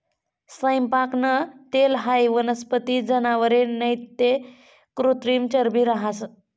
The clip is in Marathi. सैयपाकनं तेल हाई वनस्पती, जनावरे नैते कृत्रिम चरबी रहास